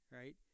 right